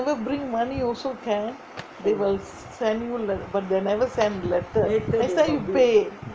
never bring money also can they will send you but they never send letter next time you pay